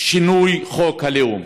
שינוי חוק הלאום.